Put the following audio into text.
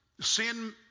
Sin